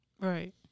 Right